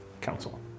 council